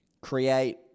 create